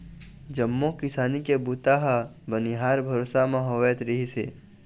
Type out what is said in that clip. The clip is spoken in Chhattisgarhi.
जम्मो किसानी के बूता ह बनिहार भरोसा म होवत रिहिस हे